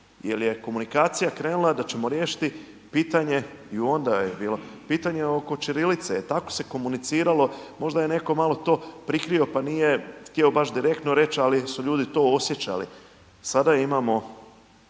jel je komunikacija krenula da ćemo riješiti pitanje i onda je bilo, pitanje oko ćirilice, e tako se komuniciralo, možda je neko malo to prikrio, pa nije htjeo baš direktno reć, ali su ljudi to osjećali. Sada imamo